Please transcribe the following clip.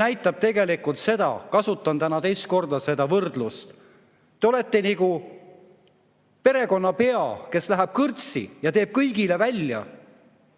näitab tegelikult seda – kasutan täna teist korda seda võrdlust –, et te olete nagu perekonnapea, kes läheb kõrtsi ja teeb kõigile välja,